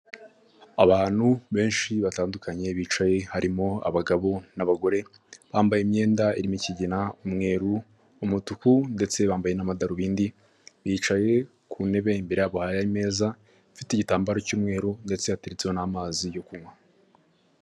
Abantu benshi batandukanye bicaye harimo abagabo n'abagore bambaye imyenda irimo ikigina, umweru, umutuku ndetse bambaye n'amadarubindi. Bicaye ku ntebe imbere yabo hari ameza ifite igitambaro cy'umweru ndetse hateritseho n'amazi yo kunywa.